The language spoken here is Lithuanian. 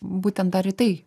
būtent dar į tai